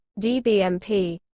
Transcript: dbmp